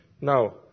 Now